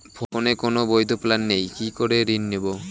ফোনে কোন বৈধ প্ল্যান নেই কি করে ঋণ নেব?